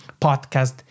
podcast